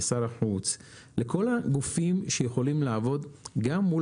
לשר החוץ ולכל הגופים שיכולים לעבוד גם מול